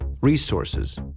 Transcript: resources